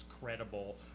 credible